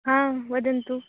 हा वदन्तु